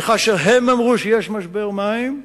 כאשר הם אמרו שיש משבר מים,